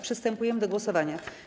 Przystępujemy do głosowania.